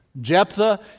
Jephthah